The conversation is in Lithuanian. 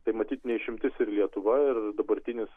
tai matyt ne išimtis ir lietuva ir dabartinis